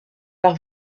par